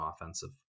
offensive